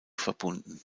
verbunden